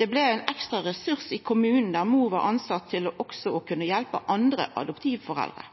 Det blei ein ekstra ressurs i kommunen, der mora var tilsett for å kunna hjelpa også andre adoptivforeldre.